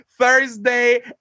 Thursday